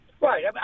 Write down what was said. Right